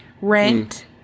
Rent